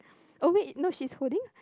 oh wait not she's holding